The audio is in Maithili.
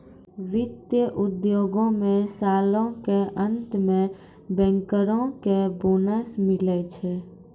वित्त उद्योगो मे सालो के अंत मे बैंकरो के बोनस मिलै छै